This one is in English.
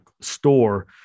store